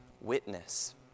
witness